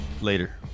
Later